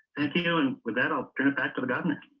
thank you know and with that um and effect of a government